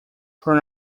from